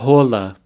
Rola